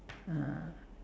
uh